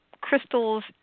crystals